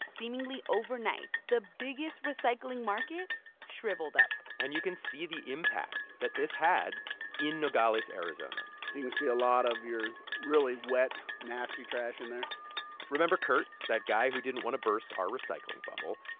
seemingly overnight, the biggest recycling market shrivelled up and you can see the impact that this had in nogales, ariz and you can see a lot of your really wet, nasty trash in there remember kurt, that guy who didn't want to burst our recycling bubble.